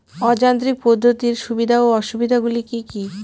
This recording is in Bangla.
অযান্ত্রিক পদ্ধতির সুবিধা ও অসুবিধা গুলি কি কি?